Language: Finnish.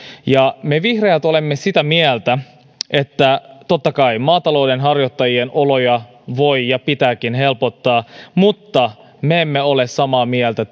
me vihreät olemme sitä mieltä että totta kai maatalouden harjoittajien oloja voi ja pitääkin helpottaa mutta me emme ole samaa mieltä